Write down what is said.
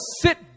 sit